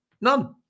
None